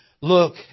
look